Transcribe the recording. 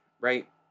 right